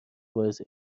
باعث